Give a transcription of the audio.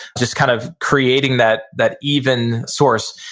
just kind of creating that that even source.